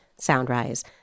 SoundRise